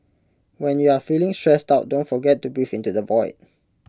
when you are feeling stressed out don't forget to breathe into the void